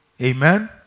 Amen